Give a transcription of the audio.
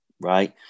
right